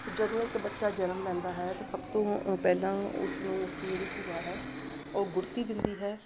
ਜਦੋਂ ਇੱਕ ਬੱਚਾ ਜਨਮ ਲੈਂਦਾ ਹੈ ਅਤੇ ਸਭ ਤੋਂ ਪਹਿਲਾਂ ਉਸ ਨੂੰ ਉਸਦੀ ਜਿਹੜੀ ਭੂਆ ਹੈ ਉਹ ਗੁੜਤੀ ਦਿੰਦੀ ਹੈ